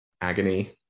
agony